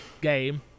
game